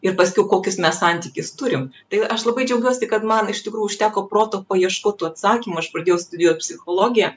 ir paskiau kokius mes santykius turim tai aš labai džiaugiuosi kad man iš tikrųjų užteko proto paieškot tų atsakymų aš pradėjau studijuot psichologiją